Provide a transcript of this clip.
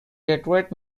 detroit